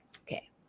Okay